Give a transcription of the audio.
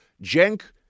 Jenk